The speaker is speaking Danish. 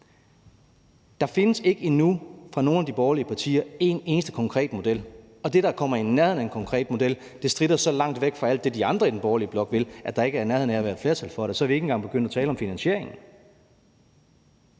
Der findes ikke endnu fra nogen af de borgerlige partiers side en eneste konkret model, og det, der kommer i nærheden af en konkret model, stritter så langt væk fra alt det, de andre i den borgerlige blok vil, at man ikke er i nærheden af at have et flertal for det. Og så er vi ikke engang begyndt at tale om finansieringen.